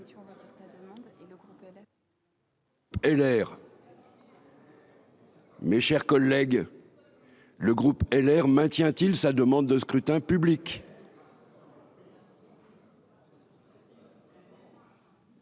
Mes chers collègues, le groupe LR maintient-t-il sa demande de scrutin public.